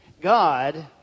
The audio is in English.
God